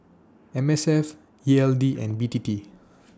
M S F E L D and B T T